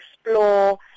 explore